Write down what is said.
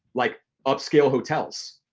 like upscale hotels.